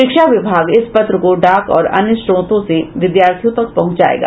शिक्षा विभाग इस पत्र को डाक और अन्य स्रोतों से विद्यार्थियों तक पहुंचायेगा